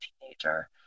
teenager